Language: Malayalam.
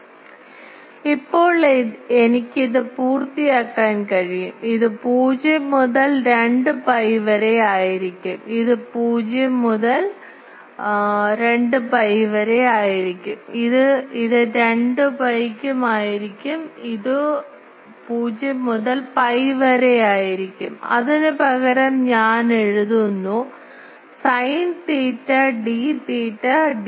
അതിനാൽ ഇപ്പോൾ എനിക്ക് ഇത് പൂർത്തിയാക്കാൻ കഴിയും ഇത് 0 മുതൽ 2 പൈ വരെ ആയിരിക്കും ഇത് 0 മുതൽ പൈ വരെ ആയിരിക്കും ഇത് 2 പൈയ്ക്കും ആയിരിക്കും ഇത് 0 മുതൽ പൈ വരെ ആയിരിക്കും അതിനുപകരം ഞാൻ എഴുതുന്നു sin theta d theta d phi